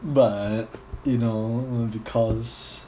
but you know because